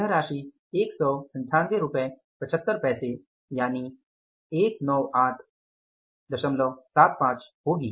यह राशि 19875 होगी